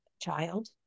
child